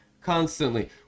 constantly